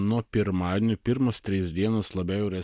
nuo pirmadienio pirmos trys dienas labiau yra